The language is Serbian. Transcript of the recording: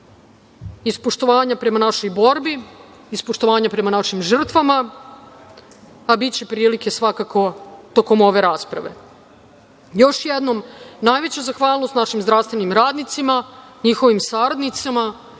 iz poštovanja prema našoj borbi, iz poštovanja prema našim žrtvama, a biće prilike svakako tokom ove rasprave. Još jednom, najveća zahvalnost našim zdravstvenim radnicima, njihovim saradnicima